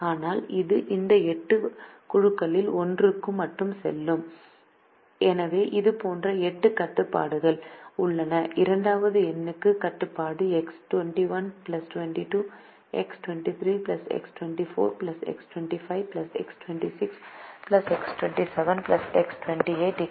ஆனால் இது இந்த எட்டு குழுக்களில் ஒன்றுக்கு மட்டுமே செல்லும் ∑ j Xij1∀i எனவே இது போன்ற 8 கட்டுப்பாடுகள் உள்ளன இரண்டாவது எண்ணுக்கு கட்டுப்பாடு X21 X22 X23 X24 X25 X26 X27 X28 1 போல இருக்கும்